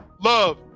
love